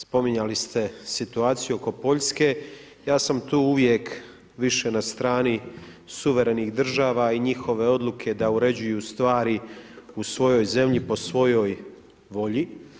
Spominjali ste situaciju oko Poljske, ja sam tu uvijek više na strani suverenih država i njihove odluke da uređuju stvari u svojoj zemlji po svojoj volji.